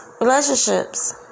relationships